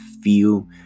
feel